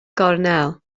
gornel